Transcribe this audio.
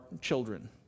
children